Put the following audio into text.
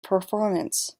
performance